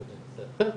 אבל זה נושא אחר.